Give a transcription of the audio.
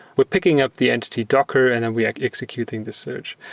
we're picking up the entity docker and then we're executing the search.